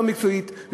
לא מקצועית,